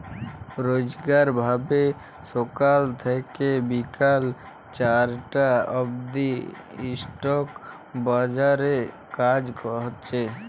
রইজকার ভাবে ছকাল থ্যাইকে বিকাল চারটা অব্দি ইস্টক বাজারে কাজ হছে